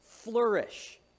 flourish